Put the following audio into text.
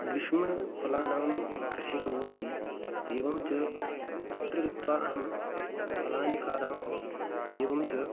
ग्रीष्मफलानां कृषिः कुर्वन्ति एवञ्च तत्र गत्वा अहं फलानि खादामि एवञ्च